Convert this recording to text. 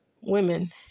women